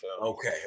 Okay